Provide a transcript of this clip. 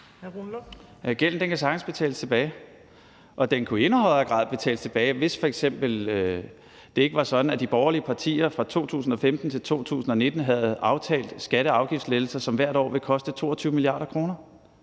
Gælden kan sagtens betales tilbage, og den kunne i endnu højere grad betales tilbage, hvis det f.eks. ikke var sådan, at de borgerlige partier fra 2015 til 2019 havde aftalt skatte- og afgiftslettelser, som hvert år vil koste 22 mia. kr.